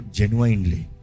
genuinely